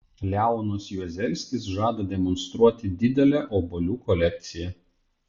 leonas juozelskis žada demonstruoti didelę obuolių kolekciją